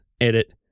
edit